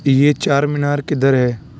یہ چار مینار کدھر ہے